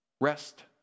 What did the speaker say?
Rest